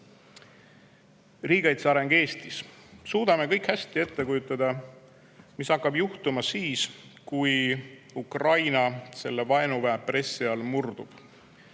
areng Eestis. Suudame kõik hästi ette kujutada, mis hakkab juhtuma siis, kui Ukraina selle vaenuväe pressi all murdub.